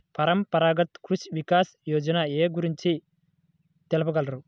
పరంపరాగత్ కృషి వికాస్ యోజన ఏ గురించి తెలుపగలరు?